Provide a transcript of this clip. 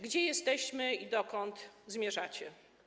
Gdzie jesteśmy i dokąd zmierzacie?